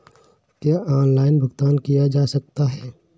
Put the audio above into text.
क्या ऑनलाइन भुगतान किया जा सकता है?